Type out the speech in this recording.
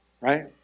Right